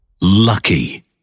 Lucky